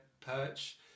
perch